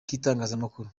k’itangazamakuru